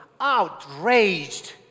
outraged